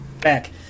Back